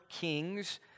Kings